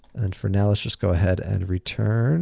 and then, for now, let's just go ahead and return